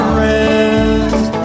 rest